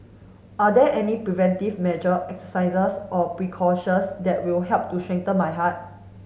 are there any preventive measure exercises or precautions that will help to strengthen my heart